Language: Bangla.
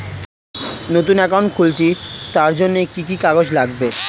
নতুন অ্যাকাউন্ট খুলছি তার জন্য কি কি কাগজ লাগবে?